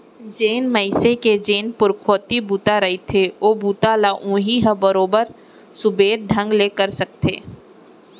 जेन मनसे के जेन पुरखउती बूता रहिथे ओ बूता ल उहीं ह बरोबर सुबेवत ढंग ले कर सकथे